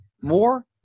more